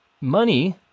money